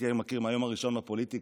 את יאיר אני מכיר מהיום הראשון בפוליטיקה.